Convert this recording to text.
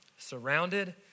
Surrounded